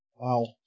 Wow